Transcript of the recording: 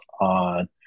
on